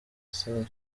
san